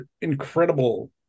incredible